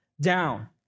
down